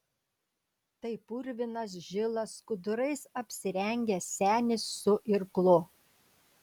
tai purvinas žilas skudurais apsirengęs senis su irklu